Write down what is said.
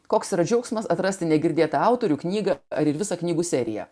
koks yra džiaugsmas atrasti negirdėtą autorių knygą ar visą knygų seriją